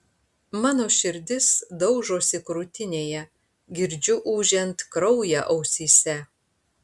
mano širdis daužosi krūtinėje girdžiu ūžiant kraują ausyse